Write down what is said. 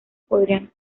podrían